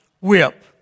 whip